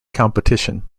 competition